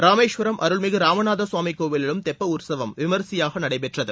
ராமேஸ்வரம் அருள்மிகு ராமநாத கவாமி கோவிலிலும் தெப்ப உற்கவம் விமரிசையாக நடைபெற்றது